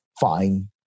fine